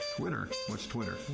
twitter? what's twitter?